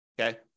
Okay